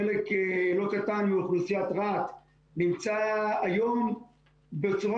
חלק לא קטן מאוכלוסייה רהט נמצא היום בצורה